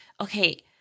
Okay